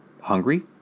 hungry